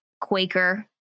Quaker